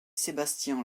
sébastien